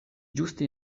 ĝuste